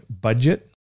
budget